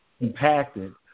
impacted